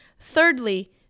Thirdly